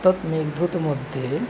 तत् मेघदूतं मध्ये